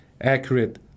accurate